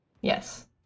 Yes